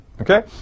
Okay